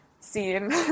scene